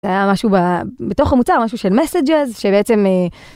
היה משהו בתוך המוצר, משהו של Messages שבעצם...